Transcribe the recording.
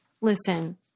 listen